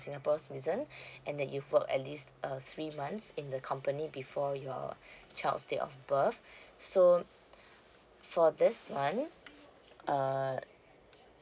singapore citizen and that you've worked at least uh three months in the company before your child's date of birth so for this one err